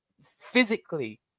physically